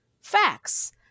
facts